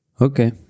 Okay